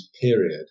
period